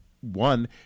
one